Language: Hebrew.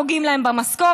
פוגעים להם במשכורת,